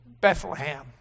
Bethlehem